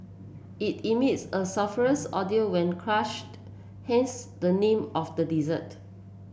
it emits a sulphurous odour when crushed hence the name of the dessert